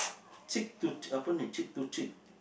cheek to apa ini cheek to cheek